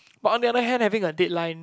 but on the other hand having a deadline